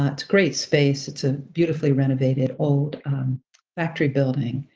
ah it's a great space, it's a beautifully renovated old factory building.